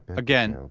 again,